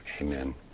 Amen